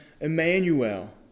Emmanuel